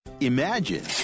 Imagine